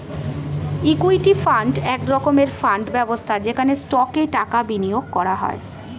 equity fund এক রকমের fund ব্যবস্থা যেখানে স্টকে টাকা বিনিয়োগ করা হয়